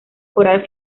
coral